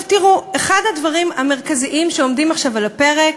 תראו, אחד הדברים המרכזיים שעומדים עכשיו על הפרק,